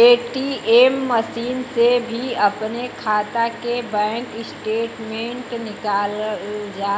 ATM machine से भी अपने खाता के बैंक स्टेटमेंट निकालल जा